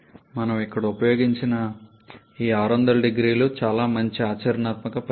మనము ఇక్కడ ఉపయోగించిన ఈ 6000C చాలా మంచి ఆచరణాత్మక పరిమితి